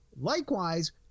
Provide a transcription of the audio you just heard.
Likewise